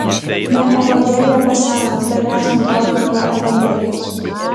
ne evangelija paseno bet mes nutolome nuo evangelijos